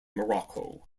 morocco